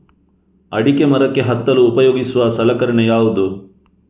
ಅಡಿಕೆ ಮರಕ್ಕೆ ಹತ್ತಲು ಉಪಯೋಗಿಸುವ ಸಲಕರಣೆ ಯಾವುದು?